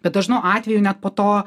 bet dažnu atveju net po to